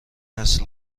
است